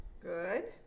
Good